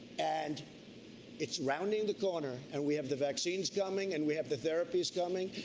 and it's rounding the corner. and we have the vaccines coming and we have the therapies coming.